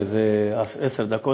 וזה עשר דקות,